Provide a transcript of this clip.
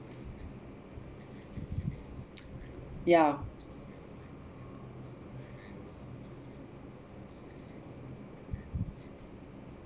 ya